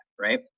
right